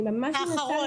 האחרון.